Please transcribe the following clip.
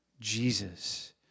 Jesus